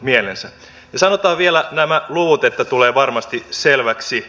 ja sanotaan vielä nämä luvut että tulee varmasti selväksi